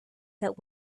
that